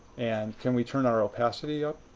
and can we turn our opacity up?